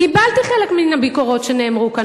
קיבלתי חלק מהביקורות שנאמרו פה,